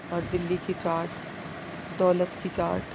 اور دلّی کی چاٹ دولت کی چاٹ